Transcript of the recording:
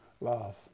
love